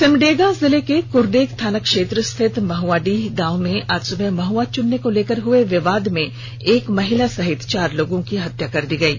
सिमडेगा जिले के कुरडेगा थाना क्षेत्र स्थित महुआडीह गांव में आज सुबह महुआ चुनने को लेकर हुए विवाद में एक महिला सहित चार लोगों की हत्या कर दी गयी